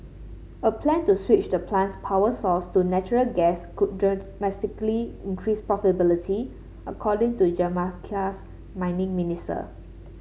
a plan to switch the plant's power source to natural gas could dramatically increase profitability according to Jamaica's mining minister